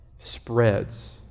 spreads